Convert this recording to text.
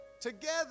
together